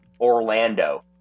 orlando